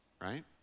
right